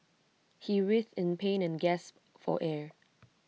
he writhed in pain and gasped for air